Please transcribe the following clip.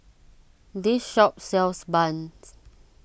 this shop sells Bun